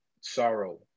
sorrow